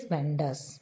Vendors